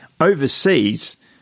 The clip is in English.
overseas